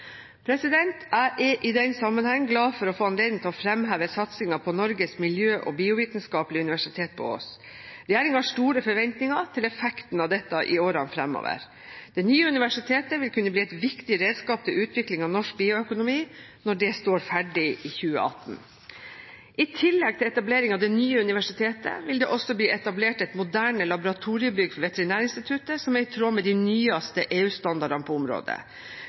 Jeg er i den sammenheng glad for å få anledning til å fremheve satsingen på Norges miljø- og biovitenskapelige universitet på Ås. Regjeringen har store forventninger til effekten av dette i årene fremover. Det nye universitetet vil kunne bli et viktig redskap til utvikling av norsk bioøkonomi når det står ferdig i 2018. I tillegg til etablering av det nye universitetet vil det også bli etablert et moderne laboratoriebygg for Veterinærinstituttet som er i tråd med de nyeste EU-standardene på området.